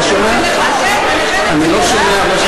אני לא שומע מה שאת,